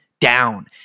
down